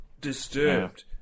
disturbed